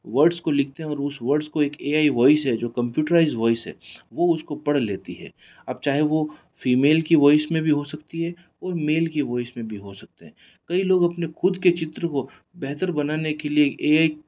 words को लिखते हैं और उस वर्ड्स को एक ए आई वॉइस है जो कंप्यूटराइज वॉइस है वो उसको पढ़ लेती है आप चाहें वो फीमेल की वॉइस में भी हो सकती है और मेल की वॉइस में भी हो सकते हैं कई लोग अपने खुद के चित्र को बेहतर बनाने के लिए ए आई